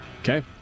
Okay